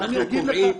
אנחנו קובעים,